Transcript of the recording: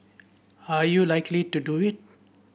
are you likely to do it